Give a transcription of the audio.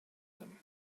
them